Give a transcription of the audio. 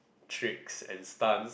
tricks and stunts